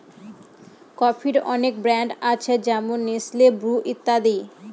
কফির অনেক ব্র্যান্ড আছে যেমন নেসলে, ব্রু ইত্যাদি